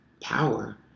power